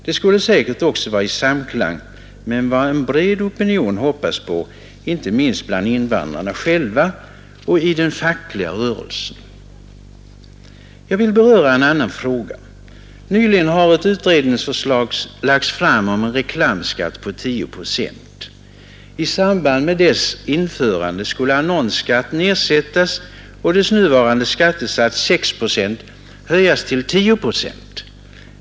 Det skulle säkert också vara i samklang med vad en bred opinion hoppas på, inte minst bland invandrarna själva och inom den fackliga rörelsen. Jag vill också beröra en annan fråga. Nyligen har ett utredningsförslag lagts fram om en reklamskatt på 10 procent. I samband med dess införande skulle annonsskatten ersättas och den nuvarande skattesatsen på 6 procent höjas till 10 procent.